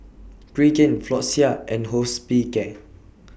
Pregain Floxia and Hospicare